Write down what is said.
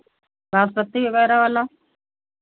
बासमती वगैरह वाला